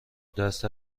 دست